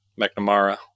Mcnamara